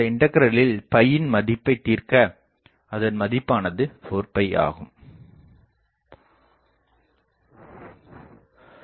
இண்டகிரலில் யின் மதிப்பை தீர்க்க அதன் மதிப்பானது 4 எனகிடைக்கிறது